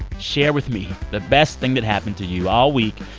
share with me the best thing that happened to you all week.